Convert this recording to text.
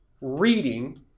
reading